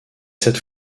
cette